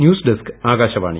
news desk Akashvani